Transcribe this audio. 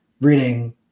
reading